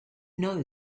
know